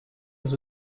was